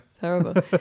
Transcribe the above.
terrible